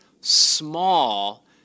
small